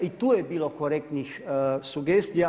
I tu je bilo korektnih sugestija.